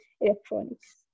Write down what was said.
electronics